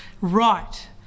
right